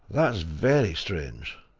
that's very strange,